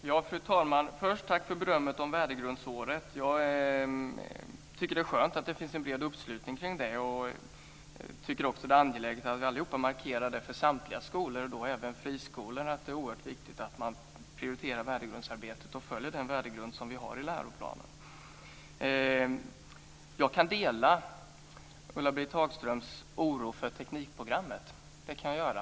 Fru talman! Tack för berömmet om värdegrundsåret! Jag tycker att det är skönt att det finns en bred uppslutning kring det. Jag tycker också att det är angeläget att vi allihop markerar för samtliga skolor, även friskolorna, att det är oerhört viktigt att de prioriterar värdegrundsarbetet och följer den värdegrund som vi har i läroplanen. Jag kan å ena sidan dela Ulla-Britt Hagströms oro för teknikprogrammet.